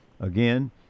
again